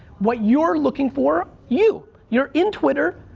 what you're looking for, you. you're in twitter.